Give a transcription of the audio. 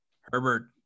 Herbert